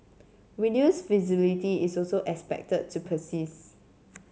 reduced visibility is also expected to persist